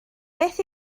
beth